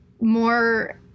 more